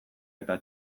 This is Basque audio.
eta